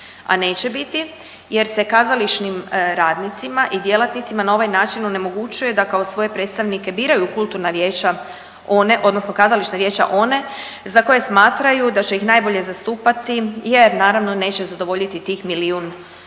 a neće biti jer se kazališnim radnicima i djelatnicima na ovaj način onemogućuje da kao svoje predstavnike biraju kultna vijeće one odnosno kazališna vijeća one za koje smatraju da će ih najbolje zastupati jer naravno neće zadovoljiti tih milijun uvjeta.